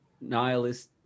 nihilist